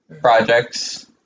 projects